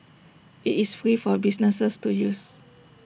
IT is free for businesses to use